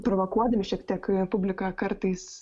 provokuodami šiek tiek publiką kartais